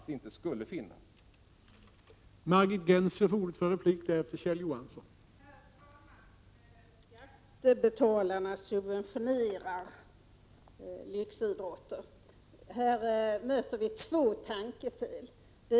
16 december 1987